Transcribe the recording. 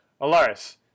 Alaris